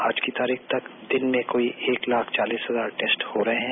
आज की तारीख तक दिन में कोई एक लाख चालीस हजार टैस्ट हो रहे हैं